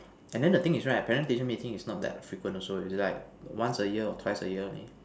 and then the thing is right parent teachers meeting is not that frequent also it's like once a year or twice a year only